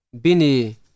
bini